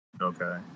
Okay